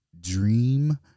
dream